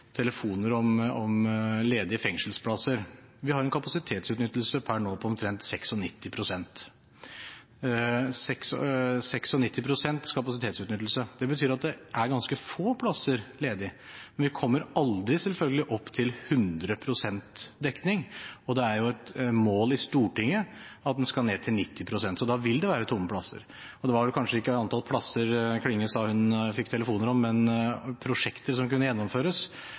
telefoner om ledige fengselsplasser. Vi har en kapasitetsutnyttelse per nå på omtrent 96 pst. Det betyr at det er ganske få plasser ledig. Vi kommer selvfølgelig aldri opp til 100 pst. dekning, og det er et mål i Stortinget at den skal ned til 90 pst., så da vil det være tomme plasser. Det var vel kanskje ikke antall plasser Klinge sa hun fikk telefoner om, men prosjekter som kunne gjennomføres.